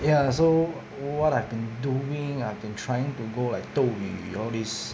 ya so what I've been doing I've been trying to go like 斗鱼 all these